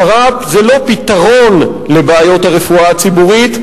שר"פ זה לא פתרון לבעיות הרפואה הציבורית,